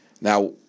Now